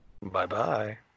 Bye-bye